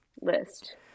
list